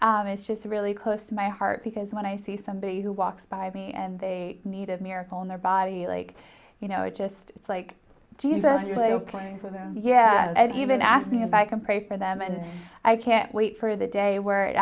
and it's just really close to my heart because when i see somebody who walks by me and they need a miracle in their body like you know it's just like do you say ok yeah and even ask me if i can pray for them and i can't wait for the day where it